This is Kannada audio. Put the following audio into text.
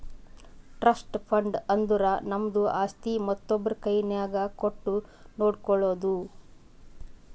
ಟ್ರಸ್ಟ್ ಫಂಡ್ ಅಂದುರ್ ನಮ್ದು ಆಸ್ತಿ ಮತ್ತೊಬ್ರು ಕೈನಾಗ್ ಕೊಟ್ಟು ನೋಡ್ಕೊಳೋದು